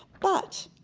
but,